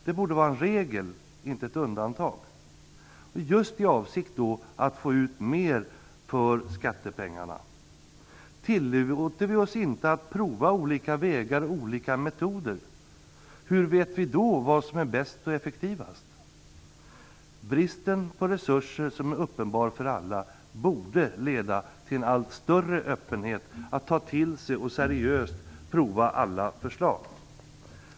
Det borde vara en regel, inte ett undantag, just i avsikt att få ut mer för skattepengarna. Tillåter vi oss inte att prova olika vägar och olika metoder, hur vet vi då vad som är bäst och effektivast? Bristen på resurser - som är uppenbar för alla - borde leda till en allt större öppenhet att ta till sig och seriöst pröva alla förslag.